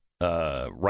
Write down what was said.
right